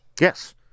Yes